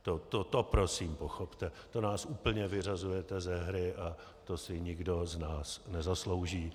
To prosím pochopte, to nás úplně vyřazujete ze hry a to si nikdo z nás nezaslouží.